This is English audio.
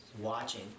watching